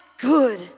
good